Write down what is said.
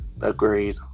Agreed